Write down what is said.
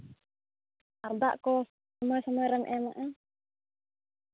ᱟᱨ ᱫᱟᱜ ᱠᱚ ᱥᱚᱢᱚᱭ ᱥᱚᱢᱚᱭ ᱨᱮᱢ ᱮᱢᱟᱜᱼᱟ